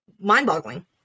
mind-boggling